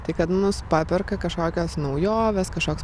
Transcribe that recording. tai kad mus paperka kažkokios naujovės kažkoks